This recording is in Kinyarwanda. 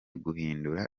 guhindura